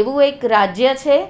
એવું એક રાજ્ય છે